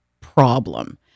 problem